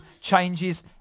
changes